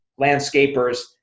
landscapers